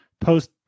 post